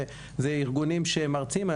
אלו ארגונים שהם ארציים,